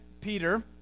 Peter